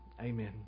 Amen